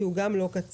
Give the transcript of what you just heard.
כי הוא גם לא קצר.